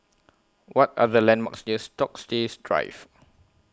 What Are The landmarks near Stoke says Drive